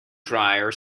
dryer